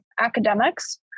academics